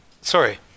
Sorry